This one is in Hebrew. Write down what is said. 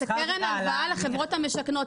קרן הלוואה לחברות המשכנות.